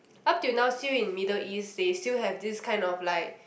up till now still in Middle East they still have this kind of like